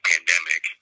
pandemic